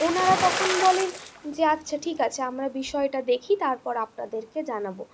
ওনারা তখন বলেন যে আচ্ছা ঠিক আছে আমরা বিষয়টা দেখি তারপর আপনাদেরকে জানাবো